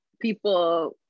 People